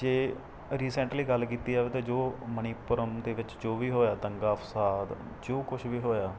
ਜੇ ਰਿਸੈਂਟਲੀ ਗੱਲ ਕੀਤੀ ਜਾਵੇ ਤਾਂ ਜੋ ਮਨੀਪੁਰਮ ਦੇ ਵਿੱਚ ਜੋ ਵੀ ਹੋਇਆ ਦੰਗਾ ਫਸਾਦ ਜੋ ਕੁਛ ਵੀ ਹੋਇਆ